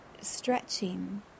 stretching